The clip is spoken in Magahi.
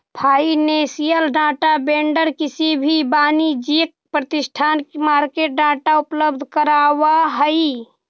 फाइनेंसियल डाटा वेंडर किसी वाणिज्यिक प्रतिष्ठान के मार्केट डाटा उपलब्ध करावऽ हइ